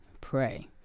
pray